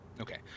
Okay